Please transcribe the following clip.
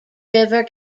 river